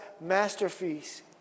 masterpiece